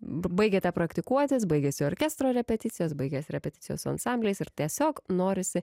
baigiate praktikuotis baigiasi orkestro repeticijos baigiasi repeticijos su ansambliais ir tiesiog norisi